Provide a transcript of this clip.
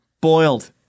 Boiled